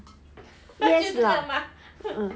please lah